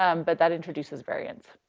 um but that introduces variance.